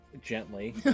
gently